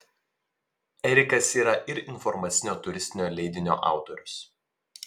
erikas yra ir informacinio turistinio leidinio autorius